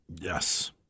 Yes